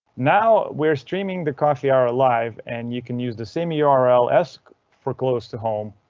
now we're streaming the coffee hour live and you can use the same yeah url as for close to home,